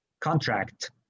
contract